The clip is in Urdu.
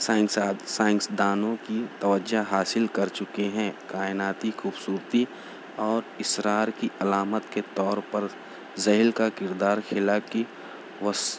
سائنسات سائنسدانوں کی توجہ حاصل کر چکے ہیں کائناتی خوبصورتی اور اسرار کی علامت کے طور پر زحیل کا کردار خلا کی وس